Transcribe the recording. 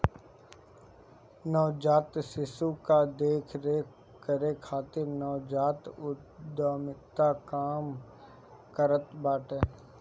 नवजात शिशु कअ देख रेख करे खातिर नवजात उद्यमिता काम करत बाटे